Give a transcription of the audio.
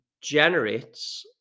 generates